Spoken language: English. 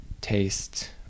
taste